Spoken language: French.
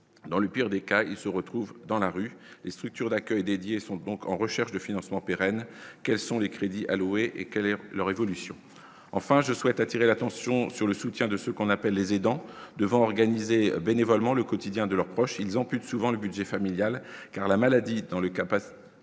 dans le pire des cas, ils se retrouvent dans la rue et structures d'accueil dédié sont donc en recherche de financement pérenne, quels sont les crédits alloués et quelle est leur évolution, enfin je souhaite attirer l'attention sur le soutien de ce qu'on appelle les aidants devant organisées bénévolement le quotidien de leurs proches, ils ont plus souvent le budget familial, car la maladie dans le cas, parce